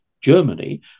Germany